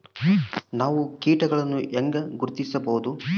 ನಾವು ಕೇಟಗಳನ್ನು ಹೆಂಗ ಗುರ್ತಿಸಬಹುದು?